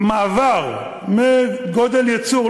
המעבר מגודל ייצור,